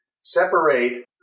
separate